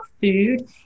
food